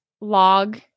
log